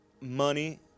money